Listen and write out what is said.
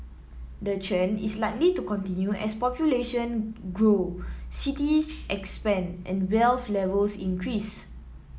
the trend is likely to continue as population grow cities expand and wealth levels increase